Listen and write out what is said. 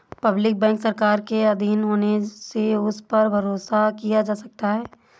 public bank सरकार के आधीन होने से उस पर भरोसा किया जा सकता है